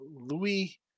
Louis